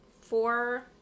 four